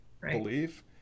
believe